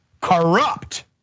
corrupt